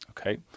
Okay